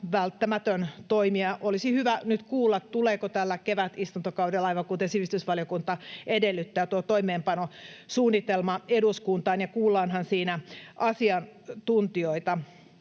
välttämätön toimi, ja olisi hyvä nyt kuulla: tuleeko tällä kevätistuntokaudella, aivan kuten sivistysvaliokunta edellyttää, tuo toimeenpanosuunnitelma eduskuntaan, ja kuullaanhan siinä asiantuntijoita?